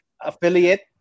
affiliate